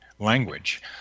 language